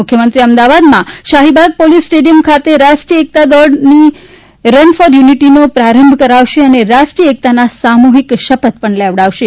મુખ્યમંત્રી અમદાવાદમાં Shahibaug police stadium ખાતે રાષ્ટ્રીય એકતા માટેની દોડ રન ફોર યુનિટીનો પ્રારંભ કરાવશે અને રાષ્ટ્રીય એકતાના સામુફીક શપથ પણ લેવડાવશે